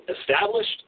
established